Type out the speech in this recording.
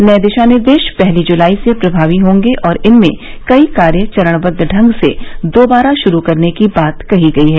नए दिशा निर्देश पहली जुलाई से प्रभावी होंगे और इनमें कई कार्य चरणबद्व ढंग से दोबारा शुरु करने की बात कही गई है